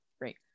great